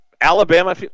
Alabama